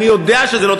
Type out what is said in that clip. אני יודע שזה לא,